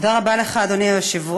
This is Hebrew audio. תודה רבה לך, אדוני היושב-ראש.